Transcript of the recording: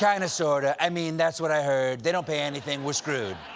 kind of sorta. i mean, that's what i heard. they don't pay anything. we're screwed.